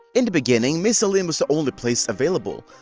in the beginning, misthalin was the only place available.